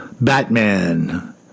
Batman